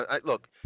look